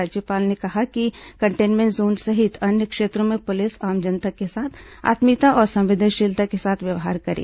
राज्यपाल ने कहा कि कंटेन्मेंट जोन सहित अन्य क्षेत्रों में पुलिस आम जनता के साथ आत्मीयता और संवेदनशीलता के साथ व्यवहार करे